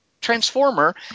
Transformer